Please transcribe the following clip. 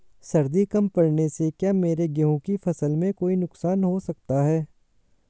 सर्दी कम पड़ने से क्या मेरे गेहूँ की फसल में कोई नुकसान हो सकता है?